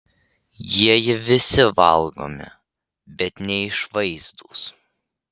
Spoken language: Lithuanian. jieji visi valgomi bet neišvaizdūs